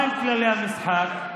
מהם כללי המשחק?